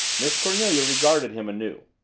miss cornelia regarded him anew.